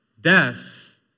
death